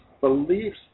beliefs